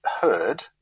heard